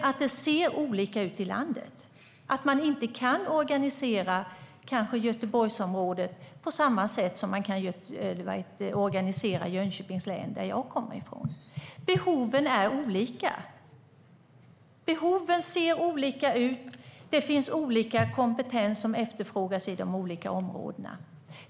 Det ser dock olika ut i landet, och man kanske inte kan organisera Göteborgsområdet på samma sätt som man kan organisera Jönköpings län, som jag kommer ifrån. Behoven är olika. Behoven ser olika ut, och det är olika kompetens som efterfrågas i de olika områdena.